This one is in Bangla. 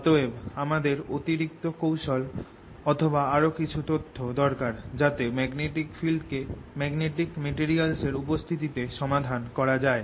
অতএব আমাদের অতিরিক্ত কৌশল অথবা আরো কিছু তথ্য দরকার যাতে ম্যাগনেটিক ফিল্ড কে ম্যাগনেটিক ম্যাটেরিয়ালস এর উপস্থিতে সমাধান করা যায়